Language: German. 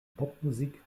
popmusik